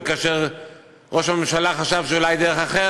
וכאשר ראש הממשלה חשב שאולי דרך אחרת,